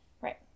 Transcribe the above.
right